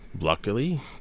luckily